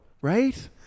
Right